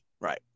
right